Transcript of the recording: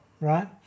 right